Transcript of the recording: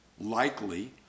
likely